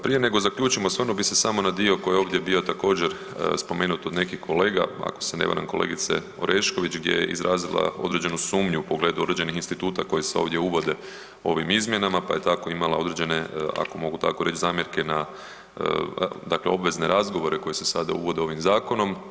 Prije nego zaključim, osvrnuo bih se samo na dio koji je ovdje bio također spomenut od nekih kolega, ako se ne varam kolegice Orešković gdje je izrazila određenu sumnju u pogledu određenih instituta koji se ovdje uvode ovim izmjenama, pa je tako imala određena ako mogu tako reći zamjerke na obvezne razgovore koji se sada uvode ovim zakonom.